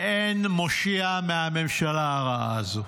ואין מושיע מהממשלה הזו.